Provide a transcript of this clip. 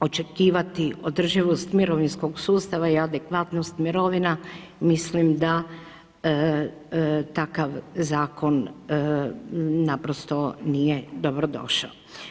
očekivati održivost mirovinskog sustava i adekvatnost mirovina, mislim da takav zakon naprosto nije dobrodošao.